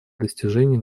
достижений